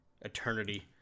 eternity